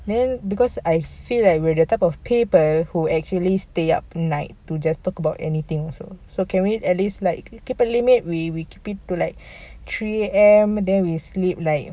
then because I feel that we're the type of people who actually stay up night to just talk about anything also so can we at least like keep a limit we we keep it like three A_M then we sleep like